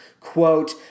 Quote